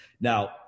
Now